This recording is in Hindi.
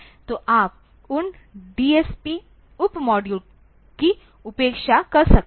तो आप उन डीएसपी उप मॉड्यूल की उपेक्षा कर सकते हैं